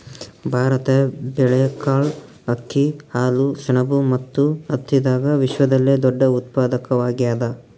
ಭಾರತ ಬೇಳೆಕಾಳ್, ಅಕ್ಕಿ, ಹಾಲು, ಸೆಣಬು ಮತ್ತು ಹತ್ತಿದಾಗ ವಿಶ್ವದಲ್ಲೆ ದೊಡ್ಡ ಉತ್ಪಾದಕವಾಗ್ಯಾದ